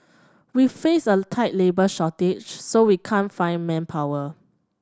we face a tight labour shortage so we can't find manpower